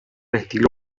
estilo